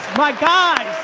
my guys.